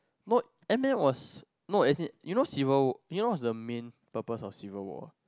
not Ant-man was no as in you know civil you knows what is the main purpose of Civil War